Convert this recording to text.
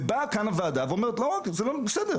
ובאה כאן הוועדה ואומרת בסדר,